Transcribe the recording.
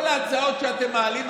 כל ההצעות שאתם מעלים,